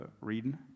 reading